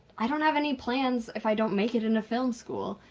i don't have any plans if i don't make it into film school,